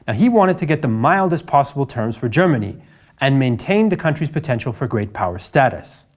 he wanted to get the mildest possible terms for germany and maintain the country's potential for great power status.